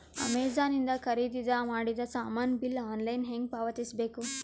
Amazon ಇಂದ ಖರೀದಿದ ಮಾಡಿದ ಸಾಮಾನ ಬಿಲ್ ಆನ್ಲೈನ್ ಹೆಂಗ್ ಪಾವತಿಸ ಬೇಕು?